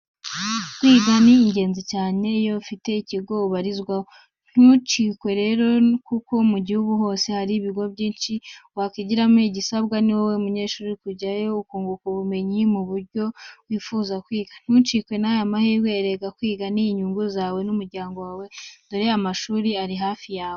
Kwiga ni ingenzi, cyane cyane iyo ufite ikigo ubarizwaho. Ntucikwe rero kuko mu gihugu hose hari Ibigo byinshi wakwigaho igisabwa ni wowe munyeshuri kujyayo ukunguka ubumenyi mu byo wifuza kwiga. Ntucikwe n'aya mahirwe, erega kwiga ni inyungu zawe n'umuryango wawe. Dore amashuri ari hafi yawe.